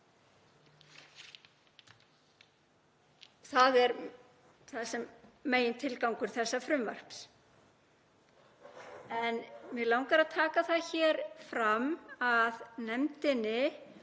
vaxta. Það er megintilgangur þessa frumvarps. En mig langar að taka það hér fram að nefndinni